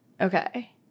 Okay